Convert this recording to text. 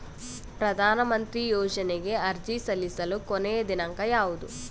ಪ್ರಧಾನ ಮಂತ್ರಿ ಯೋಜನೆಗೆ ಅರ್ಜಿ ಸಲ್ಲಿಸಲು ಕೊನೆಯ ದಿನಾಂಕ ಯಾವದು?